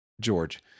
George